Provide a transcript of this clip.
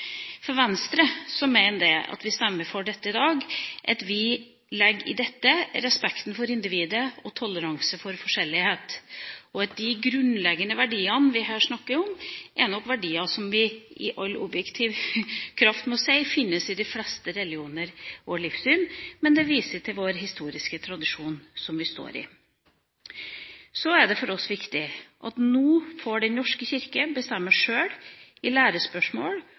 Venstre stemmer for dette i dag, legger vi i det respekt for individet og toleranse for forskjellighet. De grunnleggende verdiene vi her snakker om, er nok verdier som vi i all objektiv kraft må si finnes i de fleste religioner og livssyn, men det viser til den historiske tradisjonen vi står i. For oss er det også viktig at Den norske kirke nå får bestemme sjøl i lærespørsmål